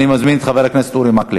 אני מזמין את חבר הכנסת אורי מקלב.